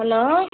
hello